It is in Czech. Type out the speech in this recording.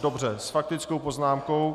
Dobře, s faktickou poznámkou.